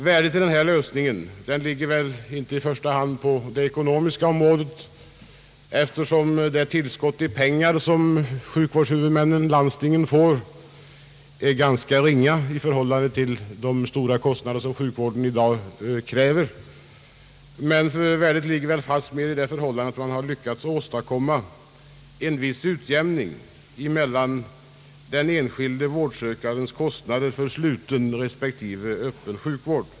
Värdet av denna lösning ligger väl inte i första hand på det ekonomiska området, eftersom det tillskott i pengar som <:sjukvårdshuvudmännen, nämligen landstingen, får är ganska ringa i förhållande till de stora kostnader som sjukvården i dag kräver, utan värdet ligger fastmer i det förhållandet att man har lyckats åstadkomma en viss utjämning i den enskilde vårdsökandens kostnader för sluten respektive öppen sjukvård.